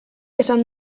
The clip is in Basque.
esan